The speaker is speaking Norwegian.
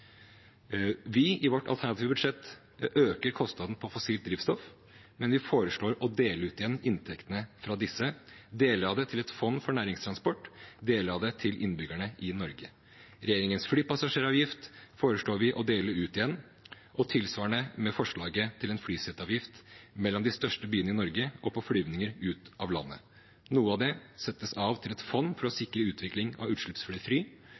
I vårt alternative budsjett øker vi kostnaden på fossilt drivstoff, men vi foreslår å dele ut igjen inntektene fra disse – deler av det til et fond for næringstransport og deler av det til innbyggerne i Norge. Regjeringens flypassasjeravgift foreslår vi også å dele ut igjen, og tilsvarende er det med forslaget til en flyseteavgift mellom de største byene i Norge og på flyvninger ut av landet: Noe av det settes av til et fond for å sikre utvikling av